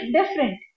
different